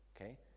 Okay